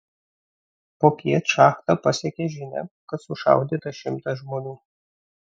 popiet šachtą pasiekė žinia kad sušaudyta šimtas žmonių